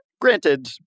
Granted